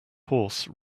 horse